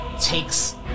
takes